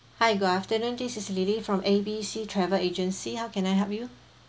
hi good afternoon this is lily from A B C travel agency how can I help you